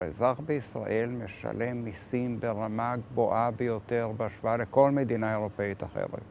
האזרח בישראל משלם מיסים ברמה הגבוהה ביותר, בהשוואה לכל מדינה אירופאית אחרת.